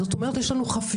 זאת אומרת יש לנו חפיפה,